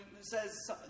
says